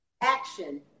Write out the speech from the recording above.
action